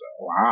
Wow